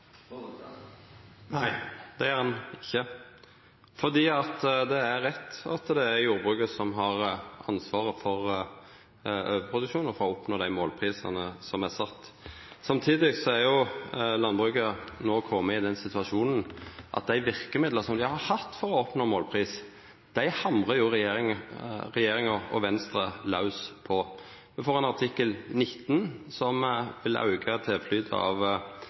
Nei, det gjer han ikkje. Det er rett at det er jordbruket som har ansvaret for overproduksjon og for å oppnå dei målprisene som er sette. Samtidig er landbruket no kome i den situasjonen at dei verkemidla som dei har hatt for å oppnå målpris, hamrar regjeringa og Venstre laus på. Me får ein artikkel 19 som vil auka straumen av